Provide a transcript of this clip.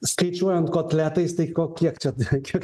skaičiuojant kotletais tai kokie kiek čia čia